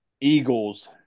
Eagles